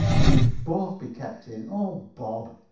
and you'd both be kept in. oh, bob,